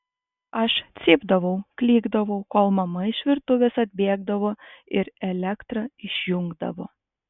aš cypdavau klykdavau kol mama iš virtuvės atbėgdavo ir elektrą išjungdavo